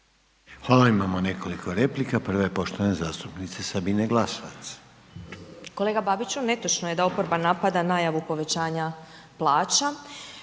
Hvala, imamo nekoliko replika, prva je poštovane zastupnice Sabine Glasovac. **Glasovac, Sabina (SDP)** Kolega Babiću, netočno je na oporba napada najavu povećanja plaća.